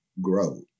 grow